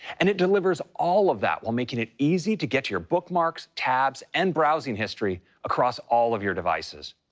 and it delivers all of that while making it easy to get to your bookmarks, tabs and browsing history across all of your devices.